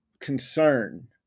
concern